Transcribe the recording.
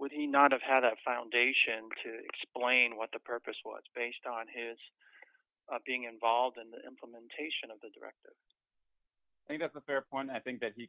would he not have had that foundation to explain what the purpose was based on his being involved in the implementation of the direct i think that's a fair point i think that he